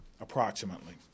approximately